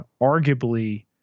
Arguably